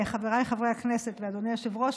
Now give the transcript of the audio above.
חבריי חברי הכנסת ואדוני היושב-ראש,